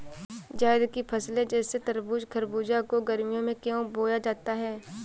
जायद की फसले जैसे तरबूज़ खरबूज को गर्मियों में क्यो बोया जाता है?